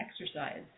exercise